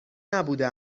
نبوده